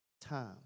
time